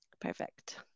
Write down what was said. Perfect